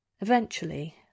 Eventually